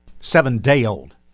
Seven-day-old